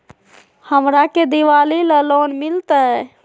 हमरा के दिवाली ला लोन मिलते?